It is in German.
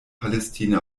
palästina